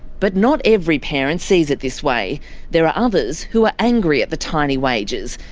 but not every parent sees it this way there are others who are angry at the tiny wages,